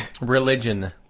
Religion